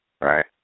right